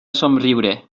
somriure